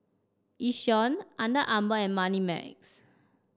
Yishion Under Armour and Moneymax